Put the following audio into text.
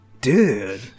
Dude